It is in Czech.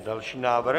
Další návrh.